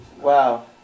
Wow